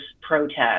protest